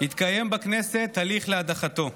יתקיים בכנסת הליך להדחתו.